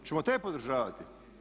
Hoćemo te podržavati?